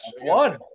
one